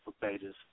pages